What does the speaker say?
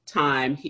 time